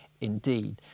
indeed